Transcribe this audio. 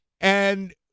And-